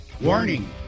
warning